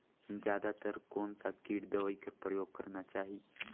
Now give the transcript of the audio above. जादा तर कोन स किट दवाई कर प्रयोग करना चाही?